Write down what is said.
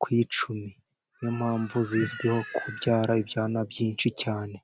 ku icumi, ni yo mpamvu zizwiho kubyara ibyana byinshi cyane.